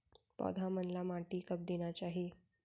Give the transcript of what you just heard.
पौधा मन ला माटी कब देना चाही?